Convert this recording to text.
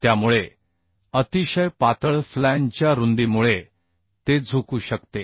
त्यामुळे अतिशय पातळ फ्लॅंजच्या रुंदीमुळे ते झुकू शकते